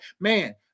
man